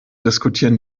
diskutieren